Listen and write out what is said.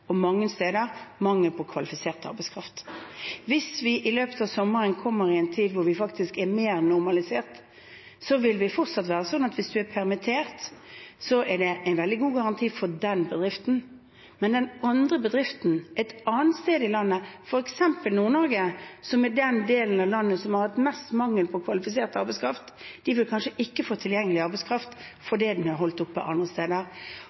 Hvis vi i løpet av sommeren kommer til en tid hvor det faktisk er mer normalisert, vil det fortsatt være sånn at hvis du er permittert, er det en veldig god garanti for den bedriften. Men den andre bedriften et annet sted i landet, f.eks. i Nord-Norge, som er den delen av landet som har hatt mest mangel på kvalifisert arbeidskraft, vil kanskje ikke få tilgjengelig arbeidskraft fordi den er holdt oppe andre steder.